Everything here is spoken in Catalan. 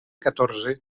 catorze